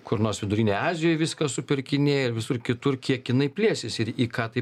kur nors vidurinėj azijoj viską supirkinėja ir visur kitur kiek jinai plėsis ir į ką tai